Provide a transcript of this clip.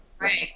Right